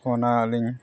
ᱚᱱᱟ ᱟᱹᱞᱤᱧ